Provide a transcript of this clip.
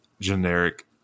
generic